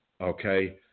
Okay